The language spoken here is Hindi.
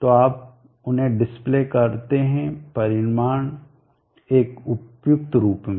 तो आप उन्हें डिस्प्ले करते हैं परिणाम एक उपयुक्त रूप में